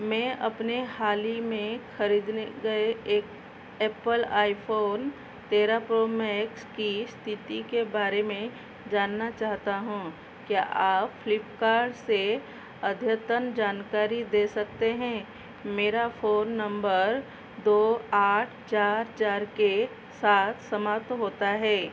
मैं अपने हाल ही में ख़रीदने गए एक एप्पल आईफोन तेरह प्रो मैक्स की स्थिति के बारे में जानना चाहता हूँ क्या आप फ्लीपकार्ट से अद्यतन जानकारी दे सकते हैं मेरा फ़ोन नंबर दो आठ चार चार के साथ समाप्त होता है